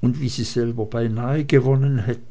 und wie sie selbst beinahe gewonnen hätten